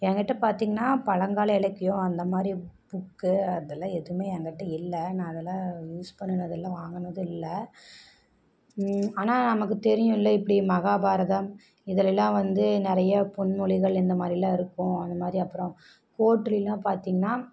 எங்கிட்ட பார்த்திங்கனா பழங்கால இலக்கியம் அந்த மாதிரி புக்கு அதெல்லாம் எதுவும் எங்கிட்ட இல்லை நான் அதெல்லாம் யூஸ் பண்ணுனது இல்லை வாங்கினது இல்லை ஆனால் நமக்கு தெரியும்ல எப்படி மகாபாரதம் இதில் எல்லாம் வந்து நிறையா பொன் மொழிகள் இந்த மாதிரியெல்லாம் இருக்கும் அந்த மாதிரி அப்புறம் கோர்ட்லியெல்லாம் பார்த்திங்கனா